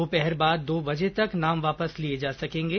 दोपहर बाद दो बजे तक नाम वापस लिये जा सकेंगे